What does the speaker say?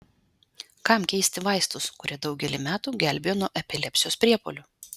kam keisti vaistus kurie daugelį metų gelbėjo nuo epilepsijos priepuolių